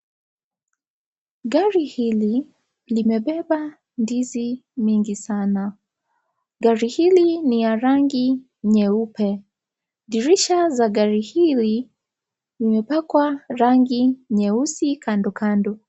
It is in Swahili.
Gari hili limebeba ndizi mingi sana . Gari hili ni ya rangi nyeupe ,dirisha za gari hili zimepakwa rangi nyeusi kando kando.